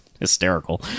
hysterical